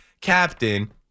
captain